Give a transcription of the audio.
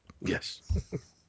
Yes